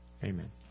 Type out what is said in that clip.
Amen